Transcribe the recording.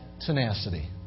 tenacity